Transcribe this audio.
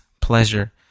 pleasure